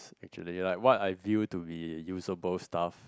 actually like what I view to be usable stuffs